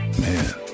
Man